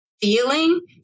feeling